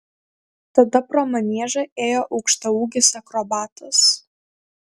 tada pro maniežą ėjo aukštaūgis akrobatas